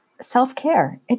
self-care